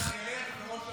ראש אמ"ן ילך והממשלה תמשיך.